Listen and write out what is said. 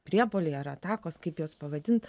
priepuoliai ar atakos kaip juos pavadint